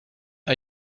are